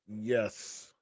Yes